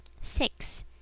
Six